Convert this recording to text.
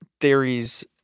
theories